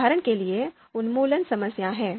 उदाहरण के लिए उन्मूलन समस्या है